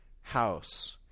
house